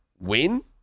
win